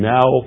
Now